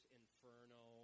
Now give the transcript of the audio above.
inferno